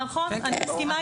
נכון, אני מסכימה איתך.